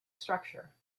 structure